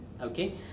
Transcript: okay